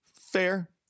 Fair